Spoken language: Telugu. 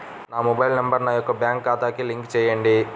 నా మొబైల్ నంబర్ నా యొక్క బ్యాంక్ ఖాతాకి లింక్ చేయండీ?